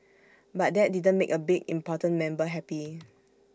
but that didn't make A big important member happy